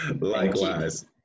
Likewise